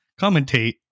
commentate